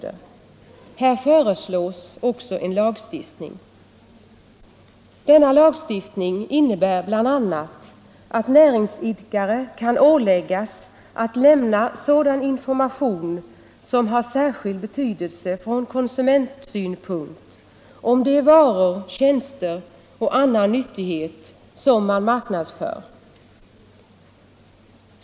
Här föreslås också en lagstiftning. Denna lagstiftning innebär bl.a. att näringsidkare kan åläggas att lämna sådan information som har särskild betydelse från konsumentsynpunkt om de varor, tjänster och andra nyttigheter som man marknadsför.